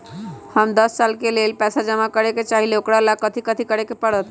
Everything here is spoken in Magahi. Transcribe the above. हम दस साल के लेल पैसा जमा करे के चाहईले, ओकरा ला कथि करे के परत?